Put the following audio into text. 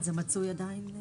זה מצוי עדיין.